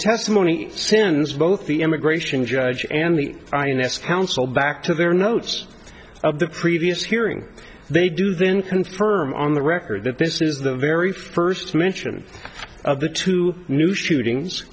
testimony since both the immigration judge and the ins counsel back to their notes of the previous hearing they do then confirm on the record that this is the very first mention of the two new shootings